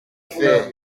faire